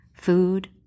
food